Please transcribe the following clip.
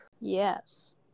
yes